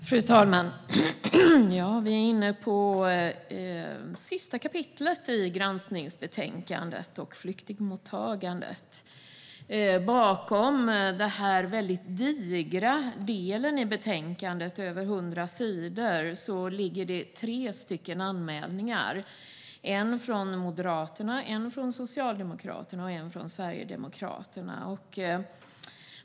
Fru talman! Vi är inne på sista kapitlet i granskningsbetänkandet, "Hanteringen av flyktingmottagandet". Bakom denna digra del, över 100 sidor, av betänkandet ligger det tre anmälningar - en från Moderaterna, en från Socialdemokraterna och en från Sverigedemokraterna.